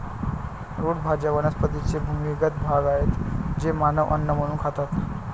route भाज्या वनस्पतींचे भूमिगत भाग आहेत जे मानव अन्न म्हणून खातात